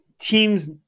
teams